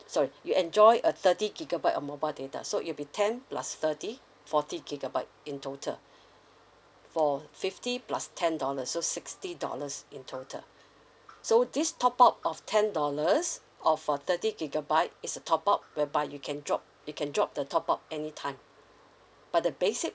sorry you enjoy a thirty gigabyte of mobile data so it'll be ten plus thirty forty gigabyte in total for fifty plus ten dollars so sixty dollars in total so this top up of ten dollars or for thirty gigabyte is a top up whereby you can drop you can drop the top up any time but the basic